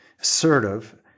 assertive